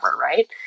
right